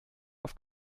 auf